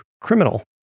criminal